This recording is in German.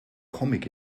comic